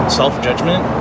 self-judgment